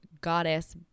goddess